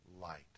light